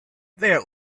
that